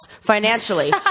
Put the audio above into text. financially